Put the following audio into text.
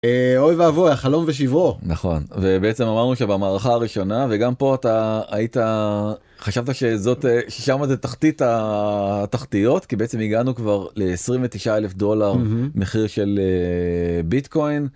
אוי ואבוי החלום ושיברו. נכון, ובעצם אמרנו שבמערכה הראשונה וגם פה אתה היית חשבת שזאת שם את התחתית התחתיות כי בעצם הגענו כבר ל-29 אלף דולר מחיר של ביטקוין.